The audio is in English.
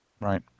Right